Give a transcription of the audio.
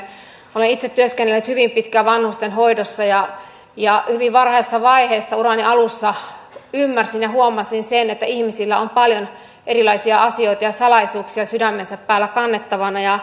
olen itse työskennellyt hyvin pitkään vanhustenhoidossa ja hyvin varhaisessa vaiheessa urani alussa ymmärsin ja huomasin sen että ihmisillä on paljon erilaisia asioita ja salaisuuksia sydämensä päällä kannettavana